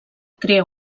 crea